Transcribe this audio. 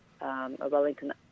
Wellington